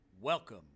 Welcome